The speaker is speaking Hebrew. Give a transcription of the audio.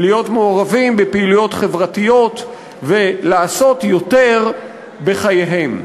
להיות מעורבים בפעילויות חברתיות ולעשות יותר בחייהם.